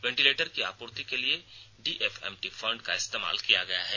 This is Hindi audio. वेंटिलेटर की आपूर्ति के लिए डीएमएफटी फंड का इस्तेमाल किया गया है